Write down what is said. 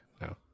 No